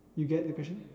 you get the question